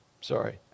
Sorry